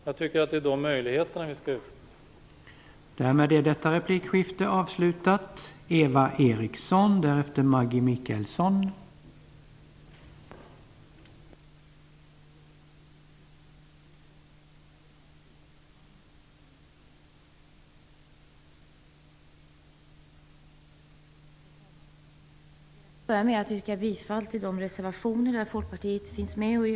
Jag tycker att det är de möjligheterna vi skall utnyttja.